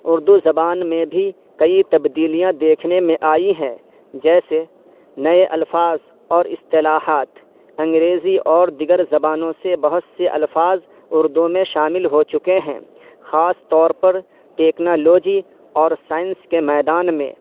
اردو زبان میں بھی کئی تبدیلیاں دیکھنے میں آئی ہیں جیسے نئے الفاظ اور اصطلاحات انگریزی اور دیگر زبانوں سے بہت سے الفاظ اردو میں شامل ہو چکے ہیں خاص طور پر ٹیکنالوجی اور سائنس کے میدان میں